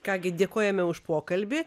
ką gi dėkojame už pokalbį